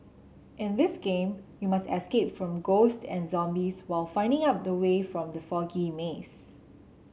in this game you must escape from ghosts and zombies while finding up the way from the foggy maze